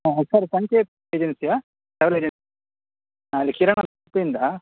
ಹಾಂ ಸರ್ ಸಂಕೇತ್ ಏಜನ್ಸಿಯ travel agent ನಾ ಇಲ್ಲಿ ಕಿರಣ ಅಂತ ಉಡುಪಿಯಿಂದ